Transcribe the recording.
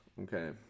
Okay